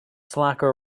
slacker